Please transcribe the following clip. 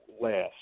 last